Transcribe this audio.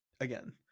Again